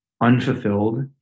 unfulfilled